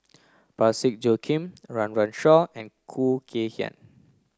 Parsick Joaquim Run Run Shaw and Khoo Kay Hian